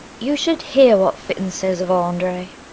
you should hear what fitton says of andre.